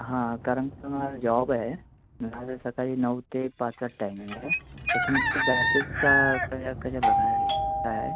हां कारण जो माझा जॉब आहे माझा सकाळी नऊ ते पाचचा टाईमिंग आहे तर तुमची बॅचेस क कशा कशाप्रकारे काय आहे